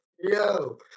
Yo